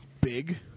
big